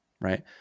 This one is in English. right